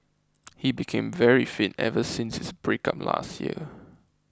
he became very fit ever since his breakup last year